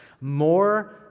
more